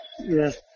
Yes